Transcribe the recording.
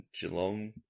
Geelong